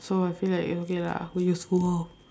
so I feel like okay lah very useful